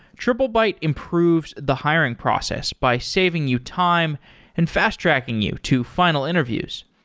triplebyte improves the hiring process by saving you time and fast-tracking you to final interviews.